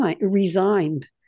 resigned